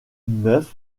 neufs